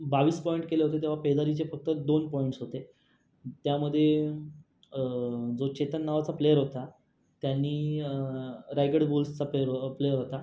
बावीस पॉईंट केले होते तेव्हा पेदारीचे फक्त दोन पॉईंट्स होते त्यामध्ये जो चेतन नावाचा प्लेयर होता त्यांनी रायगड बुल्सचा प्लेयर प्लेयर होता